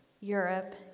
Europe